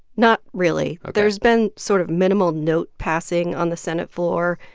not really ok there's been sort of minimal note-passing on the senate floor,